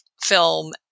film